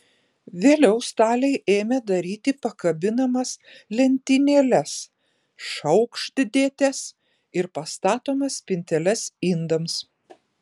vėliau staliai ėmė daryti pakabinamas lentynėles šaukštdėtes ir pastatomas spinteles indams